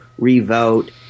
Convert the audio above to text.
revote